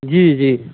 जी जी